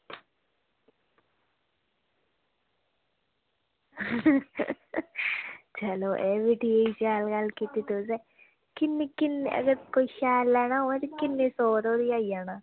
चलो एह्बी ठीक ऐ अज्जकल कीते दा तुसें कोई शैल लैना होऐ ते किन्ने सौ धोड़ी आई जंदा